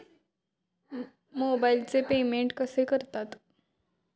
मोबाइलचे पेमेंट कसे करतात?